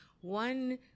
one